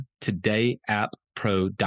todayapppro.com